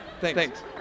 Thanks